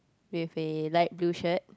with a light blue shirt